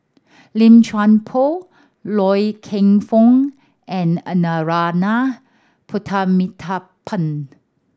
Lim Chuan Poh Loy Keng Foo and a Narana Putumaippittan